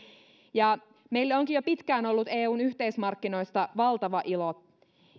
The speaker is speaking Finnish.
ja meille onkin jo pitkään ollut eun yhteismarkkinoista valtava ilo